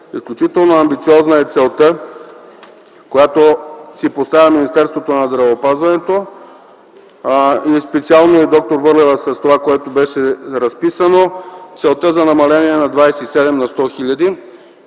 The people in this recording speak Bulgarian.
изключително амбициозна е целта, която си поставя Министерството на здравеопазването, и специално д-р Върлева с това, което беше разписано – за намаление на 27 на 100 000.